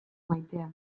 maitea